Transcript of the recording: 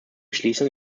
schließung